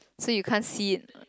so you can't see it